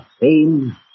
fame